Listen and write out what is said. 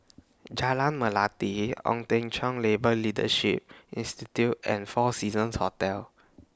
Jalan Melati Ong Teng Cheong Labour Leadership Institute and four Seasons Hotel